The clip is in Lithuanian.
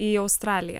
į australiją